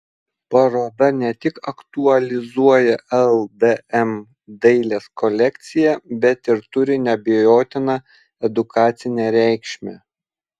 paroda ne tik aktualizuoja ldm dailės kolekciją bet ir turi neabejotiną edukacinę reikšmę